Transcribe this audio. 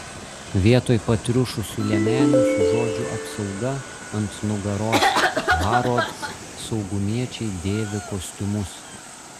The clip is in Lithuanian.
vietoj patriušusių liemenių su žodžiu apsauga ant nugaros harrods saugumiečiai dėvi kostiumus